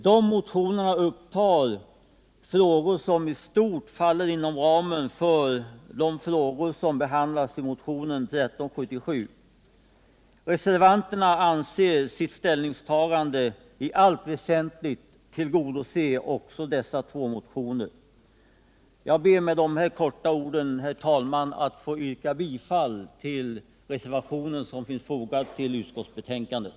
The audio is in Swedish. De motionerna upptar frågor som i stort sett faller inom ramen för vad som behandlas i motionen 1377. Reservanterna anser sitt ställningstagande i allt väsentligt tillgodose också dessa två motioner. Jag ber att med dessa få ord, herr talman, få yrka bifall till den reservation som är fogad till utskottsbetänkandet.